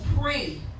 pray